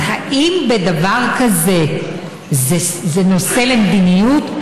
אז האם דבר כזה זה נושא למדיניות?